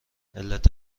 علت